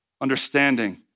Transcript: understanding